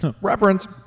Reference